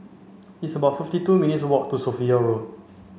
it's about fifty two minutes walk to Sophia Road